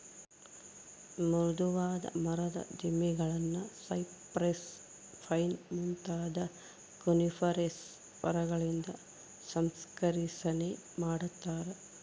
ಮೃದುವಾದ ಮರದ ದಿಮ್ಮಿಗುಳ್ನ ಸೈಪ್ರೆಸ್, ಪೈನ್ ಮುಂತಾದ ಕೋನಿಫೆರಸ್ ಮರಗಳಿಂದ ಸಂಸ್ಕರಿಸನೆ ಮಾಡತಾರ